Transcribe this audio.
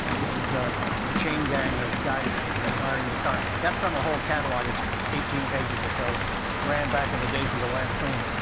this is a chain gang of guys admiring the car. that's from a whole catalog it's eighteen pages or so ran back in the days of the lampoon,